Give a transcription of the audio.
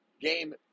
game